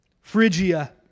Phrygia